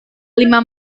lima